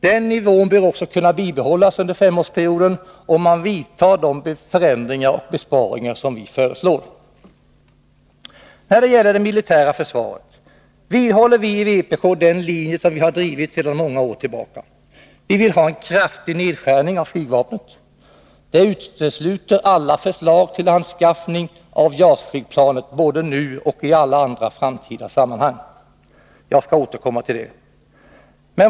Den nivån bör också kunna bibehållas under femårsperioden, om man vidtar de förändringar och besparingar som vi föreslår. När det gäller det militära försvaret vidhåller vi i vpk den linje som vi har drivit sedan många år tillbaka. Vi vill ha en kraftig nedskärning av flygvapnet. Det utesluter alla förslag till anskaffning av JAS-flygplanet, både nu och i alla andra framtida sammanhang. Jag skall återkomma till det.